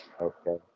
Okay